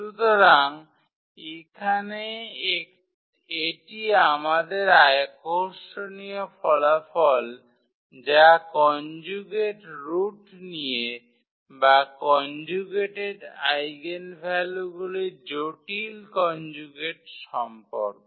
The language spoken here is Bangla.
সুতরাং এখানে এটি আমাদের আকর্ষণীয় ফলাফল যা কনজুগেট রুট নিয়ে বা কনজুগেটেড আইগেনভ্যালুগুলির জটিল কনজুগেট সম্পর্কে